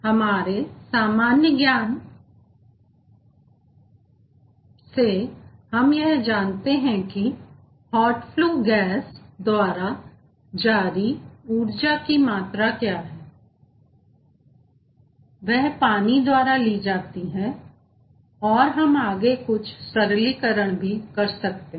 हमारे सामान्य ज्ञान हम यह जानते हैं कि हॉट फ्लू गैसद्वारा जारी ऊर्जा की मात्रा क्या है वह पानी द्वारा ले ली जाती है और हम आगे कुछ सरलीकरण कर सकते हैं